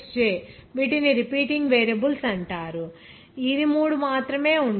Xj వీటిని repeating variables అంటారు ఇది మూడు మాత్రమే ఉండాలి